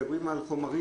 מדברים על חומרים.